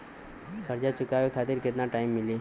कर्जा चुकावे खातिर केतना टाइम मिली?